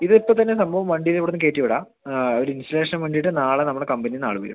ഇതിപ്പോൾ തന്നെ സംഭവം വണ്ടിയിൽ നിന്നിവിടെനിന്ന് കയറ്റി വിടാം ഒരു ഇൻസൊലേഷൻ വണ്ടിയുടെ നാളെ നമ്മുടെ കമ്പനിയിൽ നിന്ന് ആൾ വരും